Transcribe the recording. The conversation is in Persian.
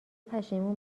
پشیمون